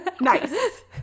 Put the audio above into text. nice